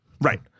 right